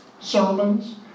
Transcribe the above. sermons